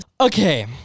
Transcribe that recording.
Okay